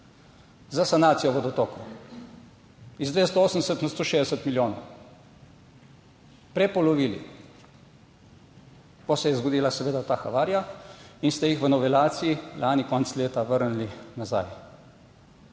za sanacijo vodotokov iz 280 na 160 milijonov, prepolovili, potem se je zgodila seveda ta havarija in ste jih v novelaciji lani konec leta vrnili nazaj.